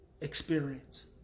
experience